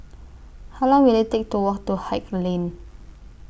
How Long Will IT Take to Walk to Haig Lane